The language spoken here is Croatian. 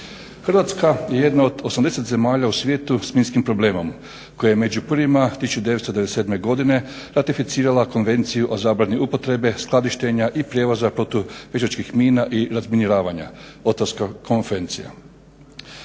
Hrvatska je jedna od 80 zemalja u svijetu s minskim problemom koja je među prvima 1997. godine ratificirala Konvenciju o zabrani upotrebe, skladištenja i prijevoza protupješačkih mina i razminiravanja, Otawska konvencija.